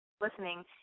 listening